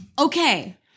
okay